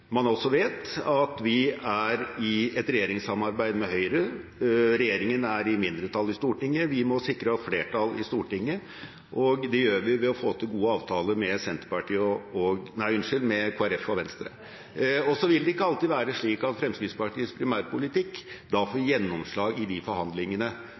man også vet – at vi er i et regjeringssamarbeid med Høyre. Regjeringen er i mindretall i Stortinget. Vi må sikre flertall i Stortinget, og det gjør vi ved å få til gode avtaler med Kristelig Folkeparti og Venstre. Da vil det ikke alltid være slik at Fremskrittspartiets primærpolitikk får gjennomslag i forhandlingene. Da